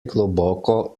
globoko